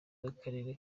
bw’akarere